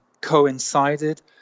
coincided